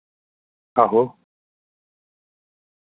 आहो